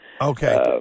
Okay